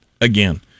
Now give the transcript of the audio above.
Again